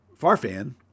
Farfan